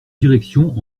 directions